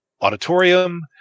auditorium